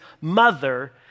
mother